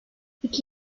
i̇ki